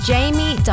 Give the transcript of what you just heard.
Jamie